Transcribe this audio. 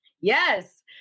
yes